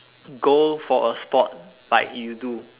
go for a sport like you do